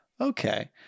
okay